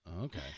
okay